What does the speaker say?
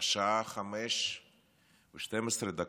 השעה 05:12,